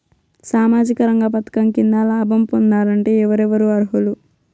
సామాజిక రంగ పథకం కింద లాభం పొందాలంటే ఎవరెవరు అర్హులు?